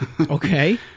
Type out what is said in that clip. okay